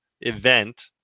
event